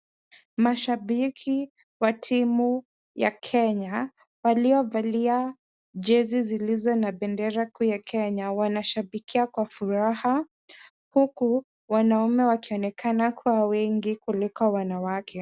Mashabiki wa timu ya Kenya waliovalia jezi zilizo na bendera kuu ya Kenya, wanashabikia kwa furaha huku wanaume wakionekana kuwa wengi kuliko wanawake.